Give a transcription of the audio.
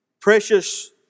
precious